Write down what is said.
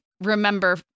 remember